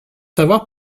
savoir